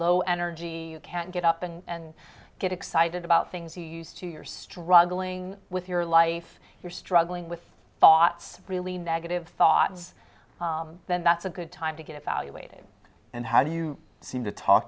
low energy can't get up and get excited about things you used to you're struggling with your life you're struggling with thoughts really negative thoughts then that's a good time to get evaluated and how do you seem to talk